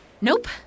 Nope